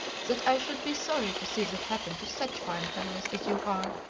that i should be sorry to see that happen to such fine fellows as you are.